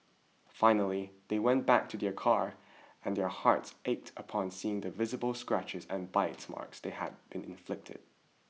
finally they went back to their car and their hearts ached upon seeing the visible scratches and bite marks that had been inflicted